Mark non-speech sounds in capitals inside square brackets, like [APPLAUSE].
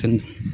[UNINTELLIGIBLE]